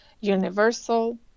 Universal